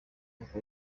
kuko